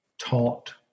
taught